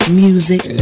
music